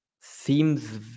seems